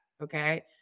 Okay